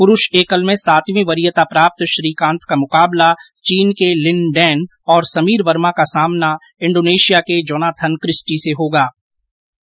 पुरूष एकल में सातवीं वरीयता पाप्त श्रीकांत का मुकाबला चीन के लिन डैन और समीर वर्मा का सामना इंडोनेशिया के जोनाथन क्रिस्टी से होगो